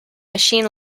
machine